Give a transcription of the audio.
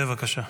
בבקשה.